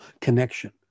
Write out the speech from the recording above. connection